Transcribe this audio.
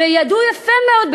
וידעו יפה מאוד,